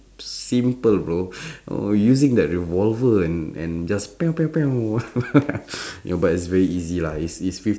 simple bro oh using that revolver and and just ya but it's very easy lah it's it's